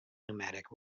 pneumatic